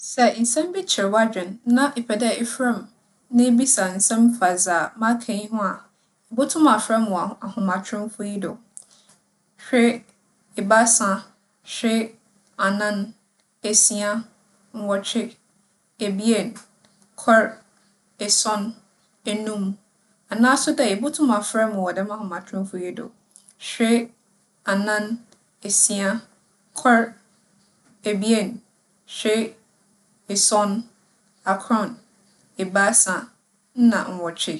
Sɛ nsɛm bi kyer w'adwen na epɛ dɛ efrɛ me, na ibisa nsɛm fa dza maka yi ho a, ibotum afrɛ me wͻ ahomatromfo yi do; hwee, ebiasa, hwee, anan, esia, nwͻtwe, ebien, kor, esuon, enum. Anaaso dɛ ibotum afrɛ me wͻ dɛm ahomatromfo yi do; hwee, anan, esia, kor, ebien, hwee, esuon, akron, ebiasa nna nwͻtwe.